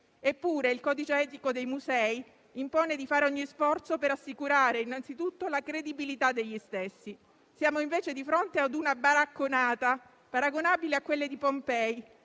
Eppure il codice etico dei musei impone di fare ogni sforzo per assicurare innanzitutto la credibilità degli stessi. Siamo, invece, di fronte ad una baracconata, paragonabile a quelle di Pompei.